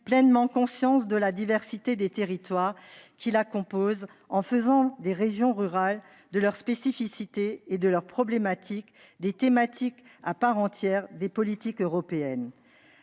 pleinement conscience de la diversité des territoires qui la composent en faisant des régions rurales, de leurs spécificités et de leurs problématiques, des thématiques à part entière des politiques européennes.